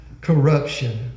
Corruption